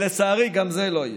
ולצערי גם זה לא יהיה.